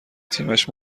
تیمش